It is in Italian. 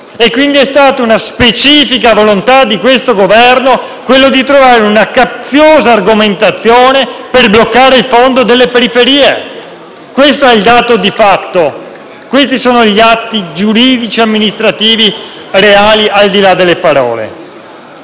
Quindi è stata una specifica volontà di questo Governo quella di trovare una capziosa argomentazione per bloccare il fondo per le periferie: questo è il dato di fatto e questi sono gli atti giuridici amministrativi reali al di là delle parole.